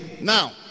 Now